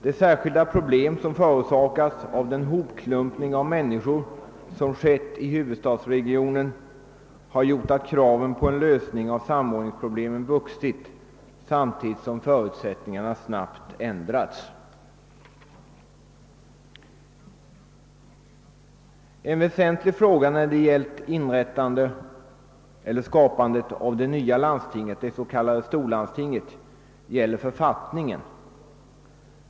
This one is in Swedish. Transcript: De särskilda problem som förorsakas av hopklumpningen av människor till huvudstadsregionen har gjort att kraven på en lösning av samordningsproblemen vuxit samtidigt som förutsättningarna snabbt har ändrats. En väsentlig fråga för skapandet av det nya landstinget, det s.k. storlandstinget, gäller författningen.